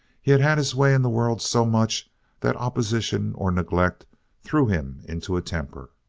he had had his way in the world so much that opposition or neglect threw him into a temper.